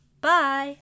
Bye